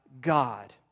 God